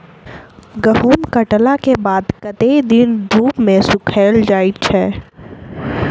गहूम कटला केँ बाद कत्ते दिन धूप मे सूखैल जाय छै?